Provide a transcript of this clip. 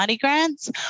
Grants